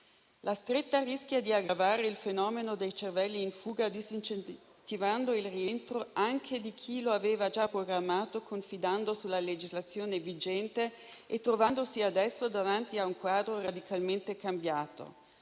La stretta rischia di aggravare il fenomeno dei cervelli in fuga, disincentivando il rientro anche di chi lo aveva già programmato confidando sulla legislazione vigente e trovandosi adesso davanti a un quadro radicalmente cambiato.